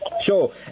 Sure